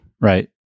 right